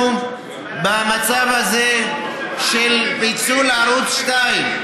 אנחנו במצב הזה של פיצול ערוץ 2,